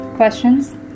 Questions